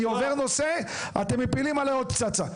עובר נושא אתם מפילים עליי עוד פצצה.